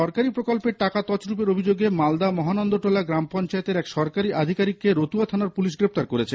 সরকারি প্রকল্পের টাকা তছরুপের অভিযোগে মালদার মহানন্দাটোলা গ্রাম পঞ্চায়েতের এক সরকারি আধিকারিককে রতুয়া থানার পুলিশ গ্রেফতার করেছে